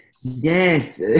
Yes